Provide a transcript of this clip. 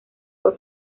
fue